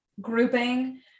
grouping